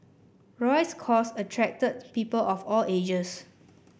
Roy's cause attracted people of all ages